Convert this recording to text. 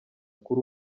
kuri